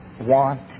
want